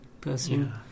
person